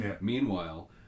Meanwhile